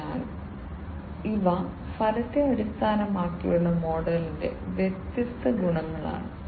അതിനാൽ ഇവ ഫലത്തെ അടിസ്ഥാനമാക്കിയുള്ള മോഡലിന്റെ വ്യത്യസ്ത ഗുണങ്ങളാണ്